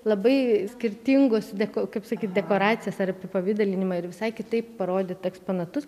labai skirtingus deko kaip sakyti dekoracijas ar apipavidalinimą ir visai kitaip parodyti eksponatus